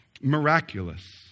miraculous